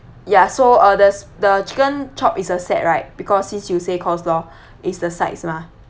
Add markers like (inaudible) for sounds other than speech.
ya so uh the s~ the chicken chop is a set right because since you say coleslaw (breath) is the sides mah